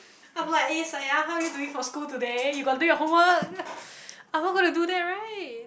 I'm like eh sayang how are you doing for school today you got do your homework I'm not gonna do that right